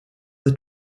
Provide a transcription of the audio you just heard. the